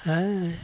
ए